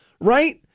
Right